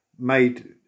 made